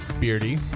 Beardy